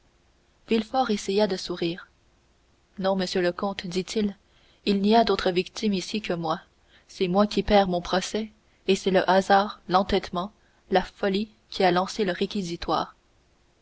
essaya de sourire non monsieur le comte dit-il il n'y a d'autre victime ici que moi c'est moi qui perds mon procès et c'est le hasard l'entêtement la folie qui a lancé le réquisitoire